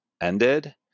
ended